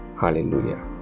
hallelujah